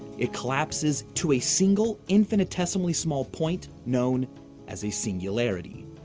it collapses to a single, infinitesimally-small point known as a singularity.